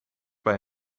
bij